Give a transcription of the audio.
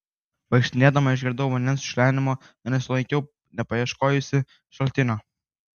vaikštinėdama išgirdau vandens čiurlenimą ir nesusilaikiau nepaieškojusi šaltinio